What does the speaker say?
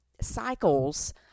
cycles